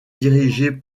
dirigé